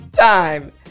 time